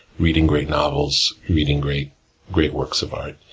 reading great novels, reading great great works of art,